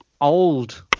old